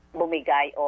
bumigay